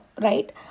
right